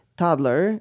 toddler